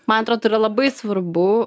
man atrodo yra labai svarbu